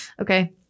Okay